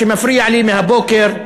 שמפריע לי מהבוקר,